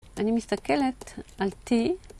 אני מסתכלת על T